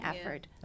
effort